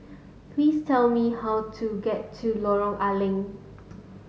please tell me how to get to Lorong Leng